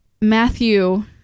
Matthew